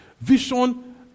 Vision